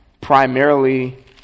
primarily